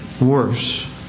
worse